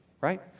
right